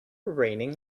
raining